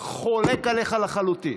אני חולק עליך לחלוטין.